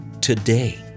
today